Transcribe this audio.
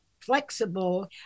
flexible